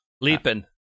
Leaping